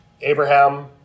Abraham